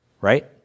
Right